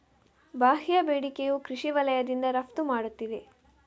ಬಾಹ್ಯ ಬೇಡಿಕೆಯು ಕೃಷಿ ವಲಯದಿಂದ ರಫ್ತು ಮಾಡುತ್ತಿದೆ